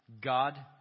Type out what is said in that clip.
God